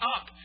up